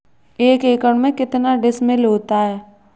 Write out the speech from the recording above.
एक एकड़ में कितने डिसमिल होता है?